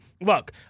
look